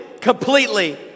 completely